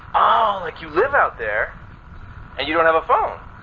oh, like you live out there and you don't have a phone?